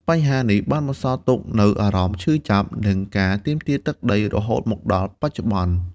បញ្ហានេះបានបន្សល់ទុកនូវអារម្មណ៍ឈឺចាប់ និងការទាមទារទឹកដីរហូតមកដល់បច្ចុប្បន្ន។